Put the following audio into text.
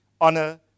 honor